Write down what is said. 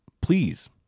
please